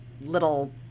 little